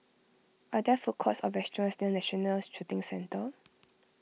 are there food courts or restaurants near National Shooting Centre